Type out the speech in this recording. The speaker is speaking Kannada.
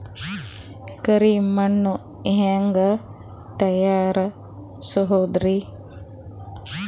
ಕರಿ ಮಣ್ ಹೆಂಗ್ ತಯಾರಸೋದರಿ?